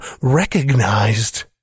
recognized